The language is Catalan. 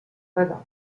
badoc